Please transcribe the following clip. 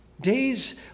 Days